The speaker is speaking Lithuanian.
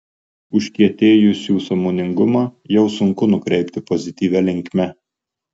užkietėjusių sąmoningumą jau sunku nukreipti pozityvia linkme